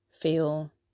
feel